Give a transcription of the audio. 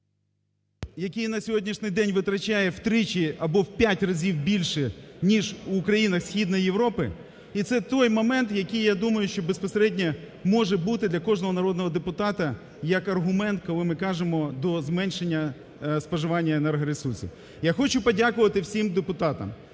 …який на сьогодні втрачає втричі або в п'ять разів більше, ніж в країнах Східної Європи і це той момент, який я думаю, що безпосередньо може бути для кожного народного депутата як аргумент, коли ми кажемо, до зменшення споживання енергоресурсу. Я хочу подякувати всім депутатам,